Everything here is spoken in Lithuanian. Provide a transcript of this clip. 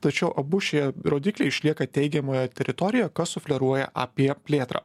tačiau abu šie rodikliai išlieka teigiamoje teritorijoje kas sufleruoja apie plėtrą